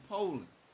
Poland